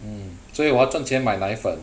mm 所以我要赚钱买奶粉